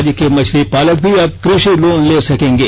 राज्य के मछली पालक भी अब कृषि लोन ले सकेंगे